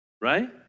Right